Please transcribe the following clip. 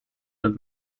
but